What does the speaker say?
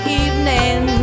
evening